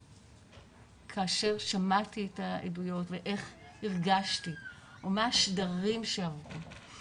כאשר שמעתי את העדויות ואיך הרגשתי או מה השדרים שעברו בי.